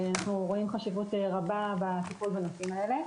אנחנו רואים חשיבות רבה בטיפול בנושאים האלה.